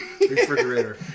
refrigerator